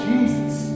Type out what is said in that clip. Jesus